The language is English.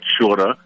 shorter